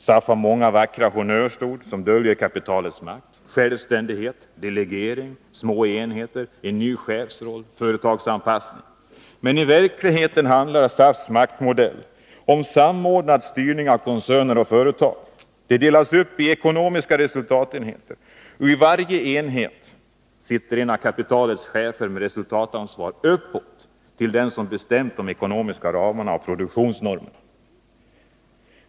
SAF har många vackra honnörsord som döljer kapitalismens makt: självständighet, delegering, små enheter, en ny chefsroll, företagsanpassning m.m. I verkligheten handlar SAF:s maktmodell om samordnad styrning av koncerner och företag. De delas upp i ekonomiska resultatenheter, och i varje enhet sitter en av kapitalets chefer med resultatansvar uppåt till dem som bestämt de ekonomiska ramarna och produktionsnormerna.